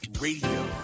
Radio